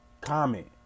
Comment